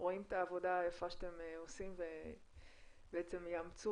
ורואים את העבודה היפה שאתם עושים ובעצם יאמצו